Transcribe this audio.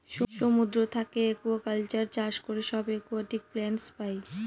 সমুদ্র থাকে একুয়াকালচার চাষ করে সব একুয়াটিক প্লান্টস পাই